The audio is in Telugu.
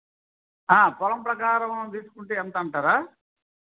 పొలం ప్రకారం తీసుకుంటే ఎంత అంటారా